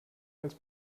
als